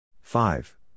Five